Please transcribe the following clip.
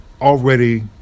already